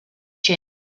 chin